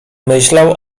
myślał